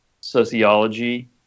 sociology